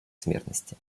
смертности